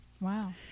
Wow